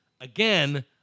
again